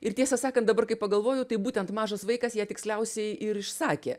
ir tiesą sakant dabar kai pagalvoju tai būtent mažas vaikas ją tiksliausiai ir išsakė